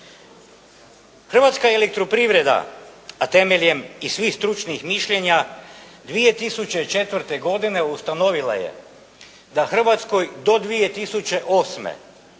Hrvatska elektroprivreda, a temeljem i svih stručnih mišljenja 2004. godine ustanovila je da Hrvatskoj do 2008.